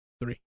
three